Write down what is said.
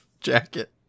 jacket